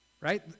right